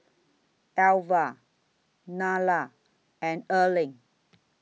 Elva Nylah and Erling